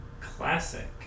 classic